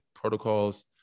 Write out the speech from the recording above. protocols